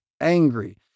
angry